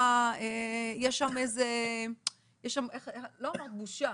יש שם לא אמרת בושה,